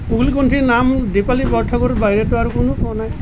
কোকিলকণ্ঠী নাম দীপালী বৰঠাকুৰৰ বাহিৰেতো আৰু কোনেও পোৱা নাই